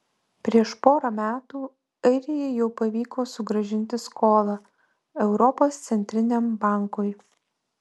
prieš porą metų airijai jau pavyko sugrąžinti skolą europos centriniam bankui